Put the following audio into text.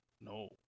no